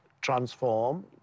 Transform